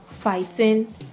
fighting